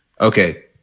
Okay